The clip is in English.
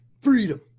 Freedom